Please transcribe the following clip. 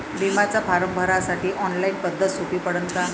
बिम्याचा फारम भरासाठी ऑनलाईन पद्धत सोपी पडन का?